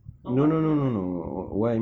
or what what what